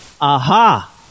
Aha